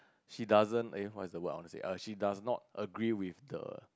she doesn't eh what's the word I want to say err she does not agree with the